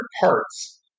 parts